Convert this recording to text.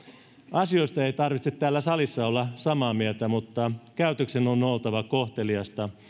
asioista ei tarvitse täällä salissa olla samaa mieltä mutta käytöksen on oltava kohteliasta